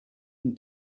can